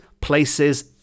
places